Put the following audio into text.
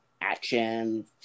action